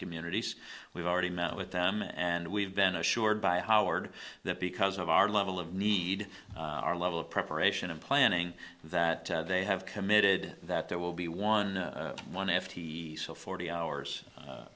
communities we've already met with them and we've been assured by howard that because of our level of need our level of preparation and planning that they have committed that there will be one one f t forty hours